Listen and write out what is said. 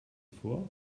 vor